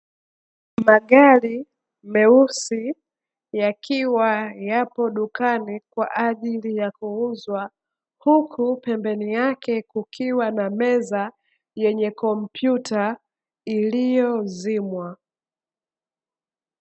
Magari meusi yakiwa yapo dukani kwa ajili ya kuuzwa, huku pembeni yake kukiwa na meza yenye kompyuta iliyozimwa.